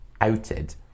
outed